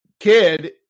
Kid